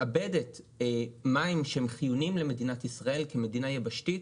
מאבדת מים חיוניים למדינת ישראל כמדינה יבשתית,